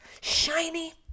shiny